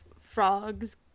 frogs